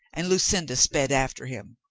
and lucinda sped after him.